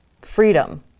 freedom